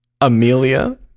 Amelia